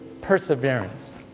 perseverance